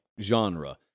genre